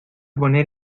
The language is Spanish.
poner